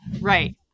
Right